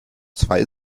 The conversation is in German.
zwei